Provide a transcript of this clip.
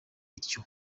ityo